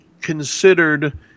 considered